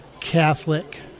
Catholic